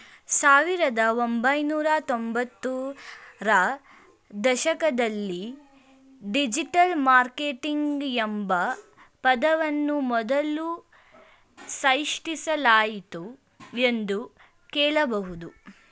ಸಾವಿರದ ಒಂಬೈನೂರ ತ್ತೊಂಭತ್ತು ರ ದಶಕದಲ್ಲಿ ಡಿಜಿಟಲ್ ಮಾರ್ಕೆಟಿಂಗ್ ಎಂಬ ಪದವನ್ನು ಮೊದಲು ಸೃಷ್ಟಿಸಲಾಯಿತು ಎಂದು ಹೇಳಬಹುದು